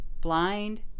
blind